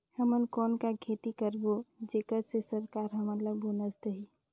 हमन कौन का खेती करबो जेकर से सरकार हमन ला बोनस देही?